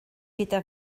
gyda